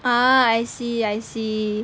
a'ah I see I see